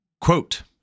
quote